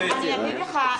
אני אגיד לך,